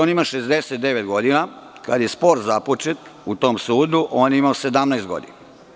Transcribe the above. On ima 69 godina, a kada je spor započet u tom sudu, on je imao 17 godina.